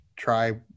try